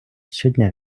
щодня